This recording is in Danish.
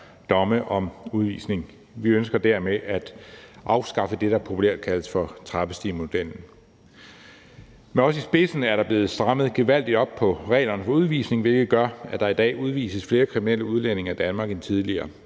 domme om udvisning. Vi ønsker dermed at afskaffe det, der populært kaldes for trappestigemodellen. Med os i spidsen er der blevet strammet gevaldigt op på reglerne for udvisning, hvilket gør, at der i dag udvises flere kriminelle udlændinge af Danmark end tidligere,